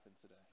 today